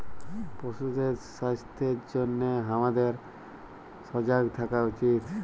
পশুদের স্বাস্থ্যের জনহে হামাদের সজাগ থাকা উচিত